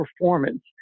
performance